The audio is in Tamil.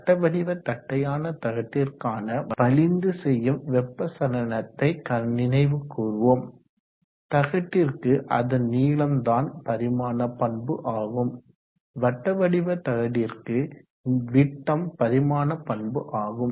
வட்ட வடிவ தட்டையான தகட்டிற்கான வலிந்து செய்யும் வெப்ப சலனத்தை நினைவு கூர்வோம் தகட்டிற்கு அதன் நீளம் தான் பரிமாண பண்பு ஆகும் வட்டவடிவ தகடிற்கு விட்டம் பரிமாண பண்பு ஆகும்